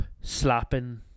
slapping